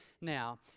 now